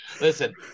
Listen